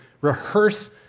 Rehearse